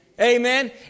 Amen